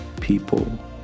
people